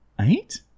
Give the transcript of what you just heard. eight